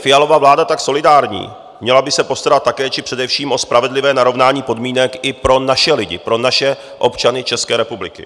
Jeli Fialova vláda tak solidární, měla by se postarat také, či především, o spravedlivé narovnání podmínek i pro naše lidi, pro naše občany České republiky.